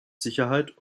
sicherheit